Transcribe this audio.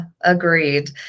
Agreed